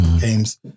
games